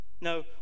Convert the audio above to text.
No